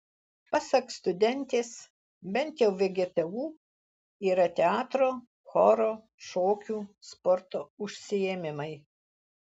pasak studentės bent jau vgtu yra teatro choro šokių sporto užsiėmimai